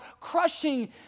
crushing